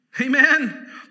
Amen